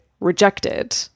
rejected